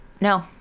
No